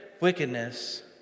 wickedness